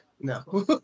no